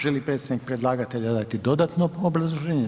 Želi li predstavnik predlagatelja dati dodatno obrazloženje?